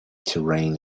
terrain